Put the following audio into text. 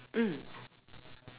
mm